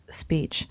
speech